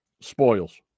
spoils